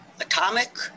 atomic